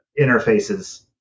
interfaces